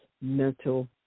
mental